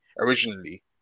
originally